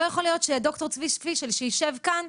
לא יכול להיות שד"ר צבי פישל שיושב כאן,